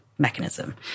mechanism